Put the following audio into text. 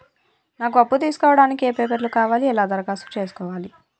నాకు అప్పు తీసుకోవడానికి ఏ పేపర్లు కావాలి ఎలా దరఖాస్తు చేసుకోవాలి?